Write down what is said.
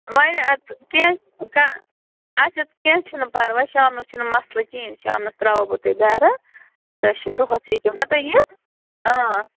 واریاہ اَدٕ کیٚنٛہہ اَچھا کیٚنٛہہ چھُنہٕ پَرواے شامس چھُنہٕ مَسلہٕ کِہیٖنۍ شامنَس ترٛاوو بہٕ تۄہہِ گَرٕ أسۍ چھِ دۄہَس ہیٚکِو نا تُہۍ یِتھ